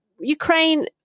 Ukraine –